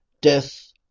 death